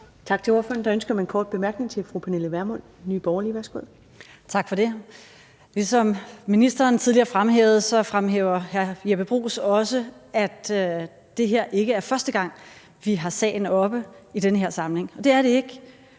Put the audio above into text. Tak til ordføreren. Der er ønske om en kort bemærkning fra fru Pernille Vermund, Nye Borgerlige. Værsgo. Kl. 16:24 Pernille Vermund (NB): Tak for det. Ligesom ministeren tidligere fremhævede, fremhæver hr. Jeppe Bruus også, at det her ikke er første gang, vi har sagen oppe i den her sammenhæng. Det er det ikke,